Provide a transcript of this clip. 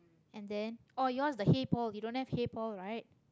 and then orh yours the hey paul you don't have hey paul right